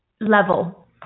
Level